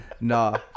Nah